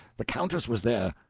the countess was there!